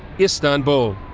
istanbul.